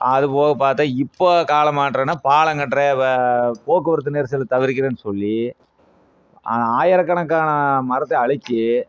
அது போக பார்த்தா இப்போது காலமாற்றம்னா பாலம்கட்றேன் போக்குவரத்து நெரிசலை தவிர்க்கிறேன்னு சொல்லி ஆ ஆயிரக்கணக்கான மரத்தை அழிச்சு